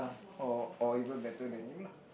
or or even better than you lah